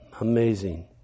amazing